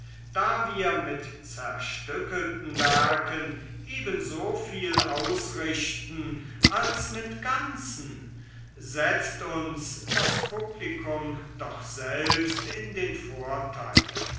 da wir mit zerstückelten werken eben soviel ausrichten als mit ganzen setzt uns das publikum doch selbst in den vorteil